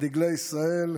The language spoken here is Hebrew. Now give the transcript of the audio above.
דגלי ישראל,